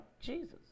Jesus